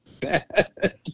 bad